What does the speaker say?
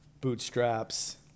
bootstraps